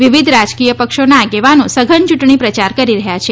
વિવિધ રાજકીય પક્ષોના આગેવાનો સઘન ચૂંટણી પ્રચાર કરી રહ્યા છે